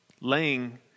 laying